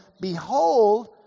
behold